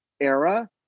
era